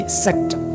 sector